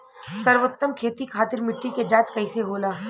सर्वोत्तम खेती खातिर मिट्टी के जाँच कईसे होला?